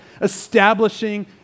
establishing